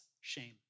shame